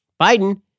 Biden